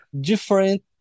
different